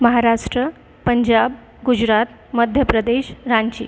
Maharashtra Punjab Gujarat Madhya Pradesh Ranchi